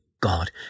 God